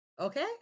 okay